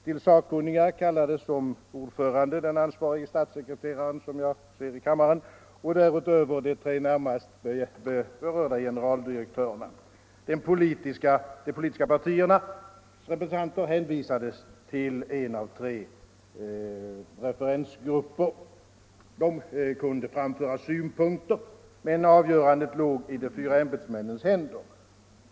Till sakkunniga kallades som ordförande den ansvarige statssekreteraren, som jag nu ser här i kammaren, och därutöver de tre närmast berörda generaldirektörerna. De politiska partiernas representanter hänvisades till en av tre referensgrupper. De kunde framföra synpunkter, men avgörandet låg i de fyra ämbetsmännens händer.